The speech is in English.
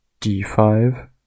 D5